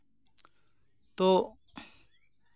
ᱛᱚ